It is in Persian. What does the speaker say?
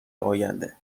آینده